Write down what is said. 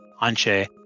Anche